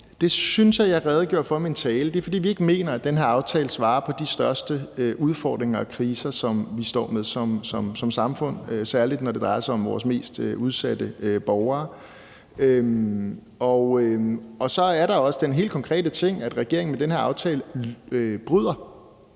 Det synes jeg at jeg redegjorde for i min tale. Det er, fordi vi ikke mener, at den her aftale svarer på de største udfordringer og kriser, som vi står med som samfund, særlig når det drejer sig om vores mest udsatte borgere. Så er der også den helt konkrete ting, at regeringen med den her aftale bryder